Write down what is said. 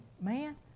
man